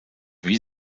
wie